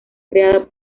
creada